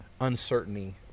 uncertainty